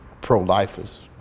pro-lifers